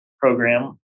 program